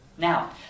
Now